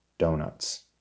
Donuts